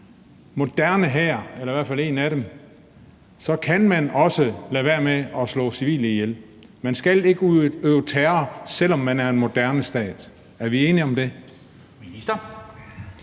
moderne hær, eller i hvert fald en af dem, så kan man også lade være med at slå civile ihjel. Man skal ikke udøve terror, selv om man er en moderne stat. Er vi enige om det?